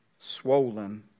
swollen